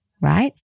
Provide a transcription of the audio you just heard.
right